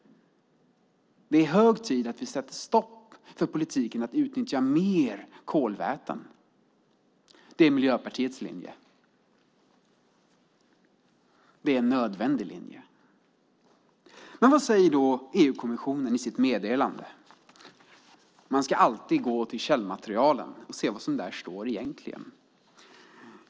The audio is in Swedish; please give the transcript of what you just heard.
Det är hög tid att vi sätter stopp för politiken att utnyttja mer kolväten. Det är Miljöpartiets linje. Det är en nödvändig linje. Vad säger då EU-kommissionen i sitt meddelande? Man ska alltid gå till källmaterialet och se vad som egentligen står där.